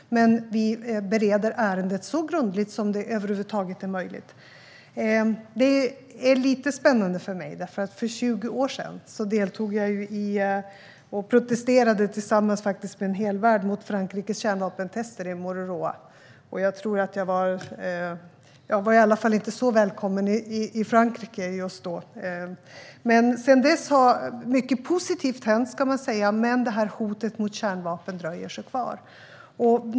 Men vi bereder ärendet så grundligt som det över huvud taget är möjligt. Det är lite spännande för mig. För 20 år sedan deltog jag och protesterade tillsammans med en hel värld mot Frankrikes kärnvapentester i Mururoa. Jag var i varje fall inte så välkommen i Frankrike just då. Sedan dess har mycket positivt hänt. Men hotet från kärnvapen dröjer sig kvar.